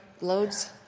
loads